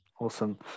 awesome